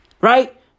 Right